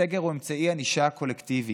סגר הוא אמצעי ענישה קולקטיבי.